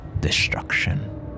destruction